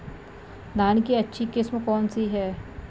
धान की अच्छी किस्म कौन सी है?